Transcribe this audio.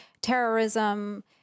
terrorism